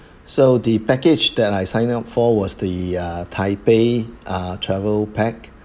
so the package that I signed up for was the uh taipei uh travel pack